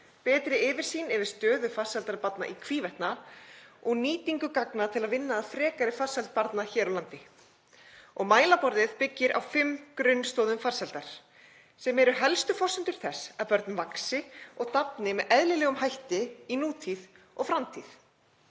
betri yfirsýn yfir stöðu farsældar barna í hvívetna og nýtingu gagna til að vinna að frekari farsæld barna hér á landi. Mælaborðið byggir á fimm grunnstoðum farsældar sem eru helstu forsendur þess að börn vaxi og dafni með eðlilegum hætti í nútíð og framtíð.